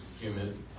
humid